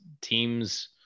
team's